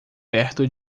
perto